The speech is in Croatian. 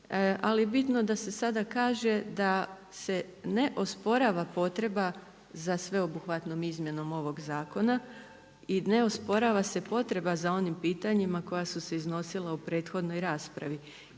Ali je bitno da se sada kaže da se ne osporava potreba za sveobuhvatnom izmjenom ovog zakona i ne osporava se potreba za onim pitanjima koja su se iznosila u prethodnoj raspravi.